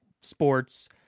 sports